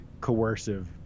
coercive